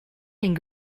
and